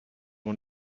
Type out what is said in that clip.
one